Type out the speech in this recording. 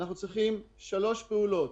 אנחנו צריכים שלוש פעולות: